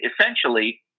essentially